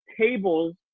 tables